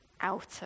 out